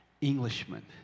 Englishman